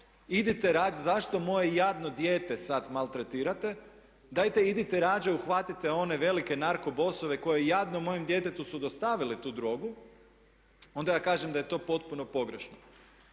idite raditi, zašto moje jadno dijete sada maltretirate, dajte idite radije, uhvatite one velike narko bossove koji jadnom mojem djetetu su dostavili tu drogu, onda ja kažem da je to potpuno pogrešno.